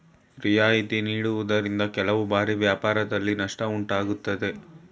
ರಿಯಾಯಿತಿ ನೀಡುವುದರಿಂದ ಕೆಲವು ಬಾರಿ ವ್ಯಾಪಾರದಲ್ಲಿ ನಷ್ಟ ಉಂಟಾಗುತ್ತದೆ